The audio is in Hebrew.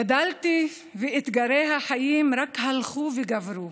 גדלתי, ואתגרי החיים רק הלכו וגברו.